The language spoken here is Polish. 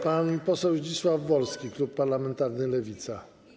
Pan poseł Zdzisław Wolski, klub parlamentarny Lewica.